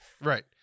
Right